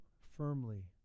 firmly